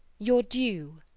your due.